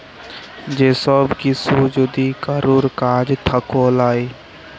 যে সব কিসু যদি কারুর কাজ থাক্যে লায়